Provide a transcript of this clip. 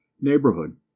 neighborhood